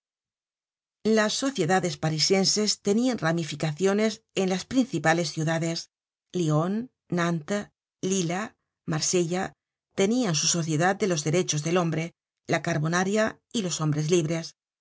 las sociedades parisienses tenian ramificaciones en las principales ciudades lyon nantes lila marsella tenian su sociedad de los derechos del hombre la carbonaria y los hombres libres